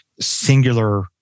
singular